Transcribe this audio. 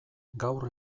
gaur